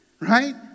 right